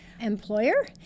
employer